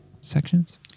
sections